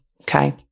okay